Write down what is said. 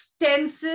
extensive